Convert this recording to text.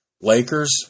Lakers